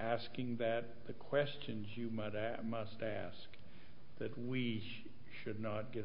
asking that the questions you might ask must ask that we should not get